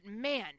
man